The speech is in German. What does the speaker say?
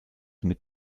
mit